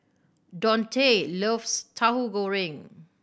Dontae loves Tauhu Goreng